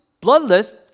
bloodless